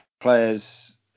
players